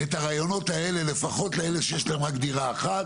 אם הם יביאו את הרעיונות האלה לפחות לאלה שיש להם רק דירה אחת,